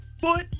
foot